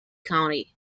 county